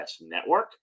Network